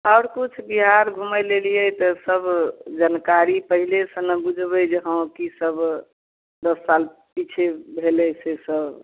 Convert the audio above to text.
आओर किछु बिहार घुमै लऽ अयलियै तऽ सभ जानकारी पहिले सँ ने बुझबै जे हँ की सभ दस साल पीछे भेलै से सभ